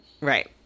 Right